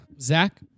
Zach